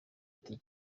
giti